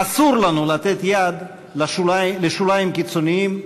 אסור לנו לתת יד לשוליים קיצוניים,